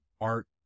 art